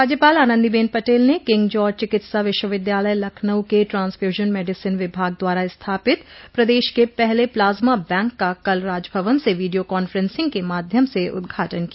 राज्यपाल आनन्दी बेन पटेल ने king George चिकित्सा विश्वविद्यालय लखनऊ के ट्रांसफ्यूजन मेडिसिन विभाग द्वारा स्थापित प्रदेश के पहले प्लाज्मा बैंक का कल राजभवन से वीडियो कान्फ्रेसिंग के माध्यम से उदघाटन किया